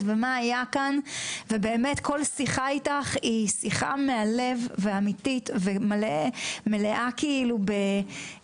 ומה היה כאן ובאמת כל שיחה איתך היא שיחה מהלב ואמיתית ומלאה בעושר